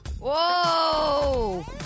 Whoa